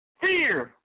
Fear